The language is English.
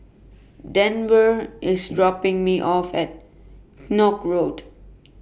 Denver IS dropping Me off At Koek Road